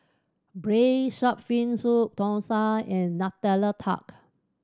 Braised Shark Fin Soup thosai and Nutella Tart